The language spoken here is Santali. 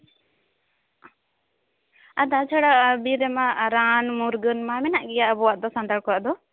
ᱟᱨ ᱛᱟ ᱪᱷᱟᱲᱟ ᱵᱤᱨ ᱨᱮᱢᱟ ᱨᱟᱱ ᱢᱩᱨᱜᱟᱹᱱ ᱢᱟ ᱢᱮᱱᱟᱜ ᱜᱮᱭᱟ ᱟᱵᱚᱣᱟᱜ ᱫᱚ ᱥᱟᱱᱛᱟᱲ ᱠᱚᱣᱟᱜ ᱫᱚ